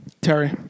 Terry